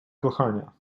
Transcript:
kochania